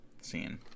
scene